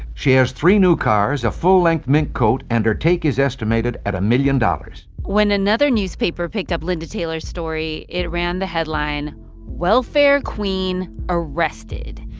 she has three new cars, a full-length mink coat. and her take is estimated at a million dollars when another newspaper picked up linda taylor's story, it ran the headline welfare queen arrested.